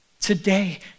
Today